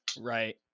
Right